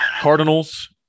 Cardinals